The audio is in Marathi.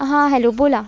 हां हॅलो बोला